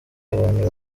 abantu